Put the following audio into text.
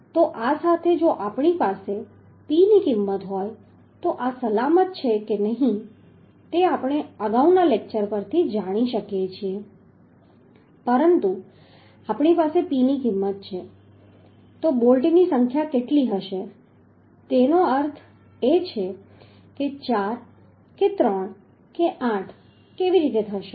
તો આ સાથે જો આપણી પાસે P ની કિંમત હોય તો આ સલામત છે કે નહીં તે આપણે અગાઉના લેક્ચર પરથી જાણી શકીએ છીએ પરંતુ આપણી પાસે P ની કિંમત છે તો બોલ્ટની સંખ્યા કેટલી હશે તેનો અર્થ એ કે 4 કે 3 કે 8 કેવી રીતે થશે